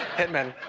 hit men.